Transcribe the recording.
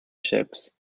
ships